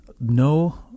no